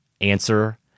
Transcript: answer